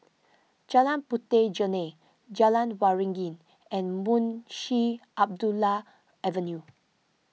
Jalan Puteh Jerneh Jalan Waringin and Munshi Abdullah Avenue